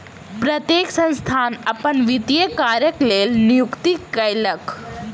प्रत्येक संस्थान अपन वित्तीय कार्यक लेल नियुक्ति कयलक